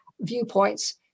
viewpoints